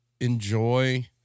enjoy